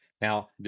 Now